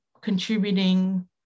contributing